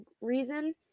reason